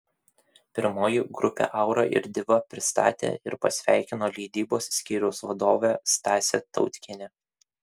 pirmoji grupę aura ir diva pristatė ir pasveikino leidybos skyriaus vadovė stasė tautkienė